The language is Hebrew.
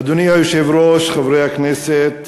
אדוני היושב-ראש, חברי הכנסת,